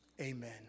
Amen